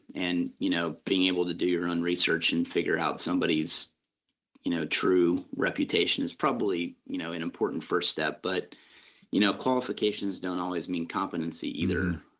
and you know being able to do your own research and figure out somebody is you know true, reputation is probably you know an important first step but you know qualifications don't always mean competency either.